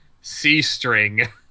C-string